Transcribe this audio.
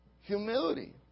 Humility